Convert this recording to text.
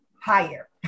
higher